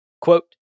Quote